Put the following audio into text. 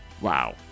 Wow